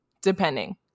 Depending